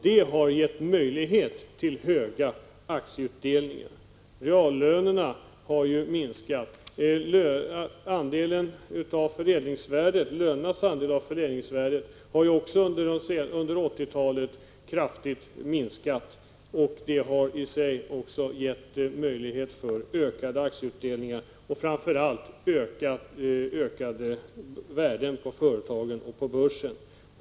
Det har gett möjligheter till höga aktieutdelningar. Reallönerna har ju minskat. Lönernas andel av förädlingsvärdet har under 1980-talet kraftigt minskat, och det har i sig också gett möjlighet till ökade aktieutdelningar och framför allt skapat ökade värden på företagen och på börsen.